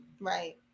Right